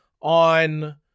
On